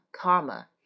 karma